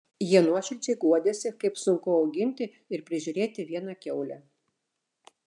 jie nuoširdžiai guodėsi kaip sunku auginti ir prižiūrėti vieną kiaulę